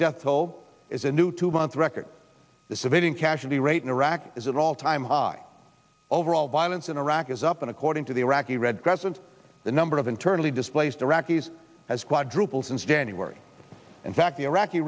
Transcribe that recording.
death toll is a new two month record the civilian casualty rate in iraq is an all time high overall violence in iraq is up and according to the iraqi red crescent the number of internally displaced iraqis has quadrupled since january in fact the iraqi